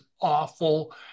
awful